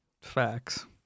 Facts